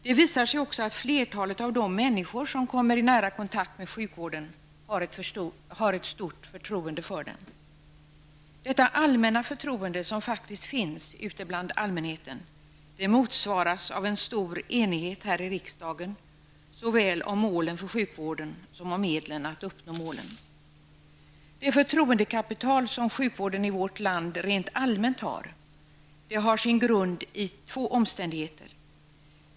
Det visar sig också att flertalet av de människor som kommer i nära kontakt med sjukvården har ett stort förtroende för den. Detta allmänna förtroende, som faktiskt finns ute bland allmänheten, motsvaras av en stor enighet här i riksdagen såväl när det gäller målen för sjukvården som när det gäller medlen för att uppnå målen. Det förtroendekapital som sjukvården i vårt land rent allmänt har, har sin grund i två omständigheter.